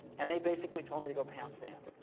and they basically told me to go pound sand.